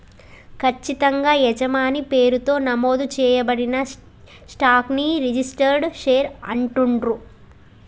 ఖచ్చితంగా యజమాని పేరుతో నమోదు చేయబడిన స్టాక్ ని రిజిస్టర్డ్ షేర్ అంటుండ్రు